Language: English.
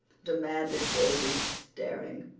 demanded davy staring.